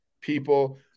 people